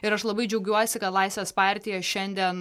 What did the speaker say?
ir aš labai džiaugiuosi kad laisvės partija šiandien